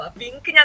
pink